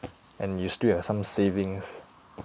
and you still have some savings